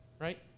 right